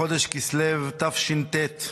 בחודש כסלו תש"ט,